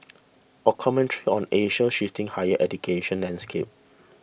a commentary on Asia's shifting higher education landscape